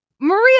maria